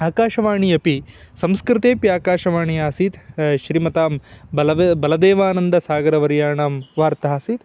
आकाशवाणी अपि संस्कृतेऽपि आकाशवाणी आसीत् श्रीमतां बलवे बलदेवानन्दसागरवर्याणां वार्ता आसीत्